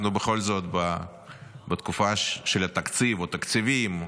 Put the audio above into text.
אנחנו בכל זאת בתקופה של התקציב או תקציבים,